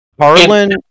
Harlan